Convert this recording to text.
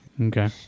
Okay